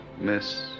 Miss